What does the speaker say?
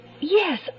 yes